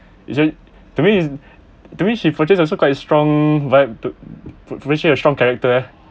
isn't that means she that means she portray also quite a strong vibe to portray a strong character eh